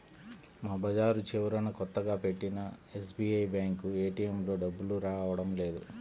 మా బజారు చివరన కొత్తగా పెట్టిన ఎస్బీఐ బ్యేంకు ఏటీఎంలో డబ్బులు రావడం లేదు